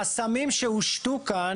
החסמים שהושתו כאן,